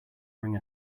bring